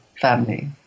family